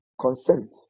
Consent